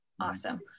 Awesome